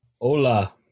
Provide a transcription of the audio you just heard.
Hola